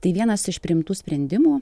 tai vienas iš priimtų sprendimų